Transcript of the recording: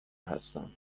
هستم